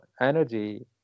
energy